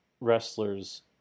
wrestlers